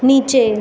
নিচে